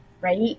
right